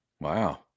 Wow